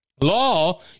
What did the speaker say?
law